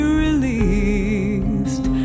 released